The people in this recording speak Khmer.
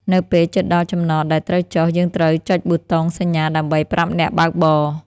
នៅពេលជិតដល់ចំណតដែលត្រូវចុះ យើងត្រូវចុចប៊ូតុងសញ្ញាដើម្បីប្រាប់អ្នកបើកបរ។